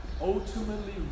ultimately